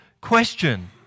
question